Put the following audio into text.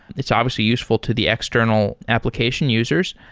it's obviously useful to the external application users.